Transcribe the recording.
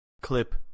clip